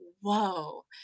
whoa